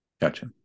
Gotcha